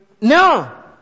No